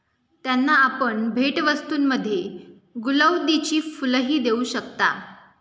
त्यांना आपण भेटवस्तूंमध्ये गुलौदीची फुलंही देऊ शकता